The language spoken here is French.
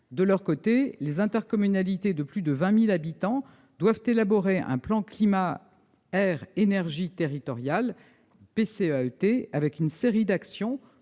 De leur côté, les intercommunalités de plus de 20 000 habitants doivent élaborer un plan climat-air-énergie territorial, un PCAET, avec une série d'actions